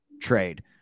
trade